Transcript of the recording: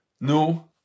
No